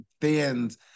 fans